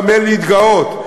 במה להתגאות,